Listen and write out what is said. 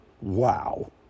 Wow